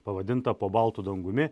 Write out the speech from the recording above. pavadintą po baltu dangumi